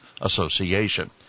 Association